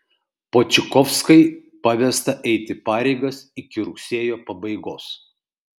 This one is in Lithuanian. počikovskai pavesta eiti pareigas iki rugsėjo pabaigos